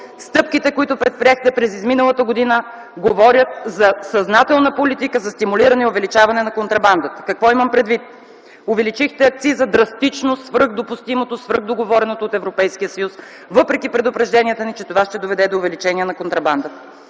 стъпките, които предприехте през миналата година, говорят за съзнателна политика за стимулиране и увеличаване на контрабандата. Какво имам предвид? Увеличихте акциза драстично – свръх допустимото, свръх договореното от Европейския съюз, въпреки предупрежденията ни, че това ще доведе до увеличение на контрабандата.